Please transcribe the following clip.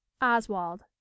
oswald